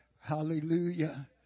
Hallelujah